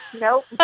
nope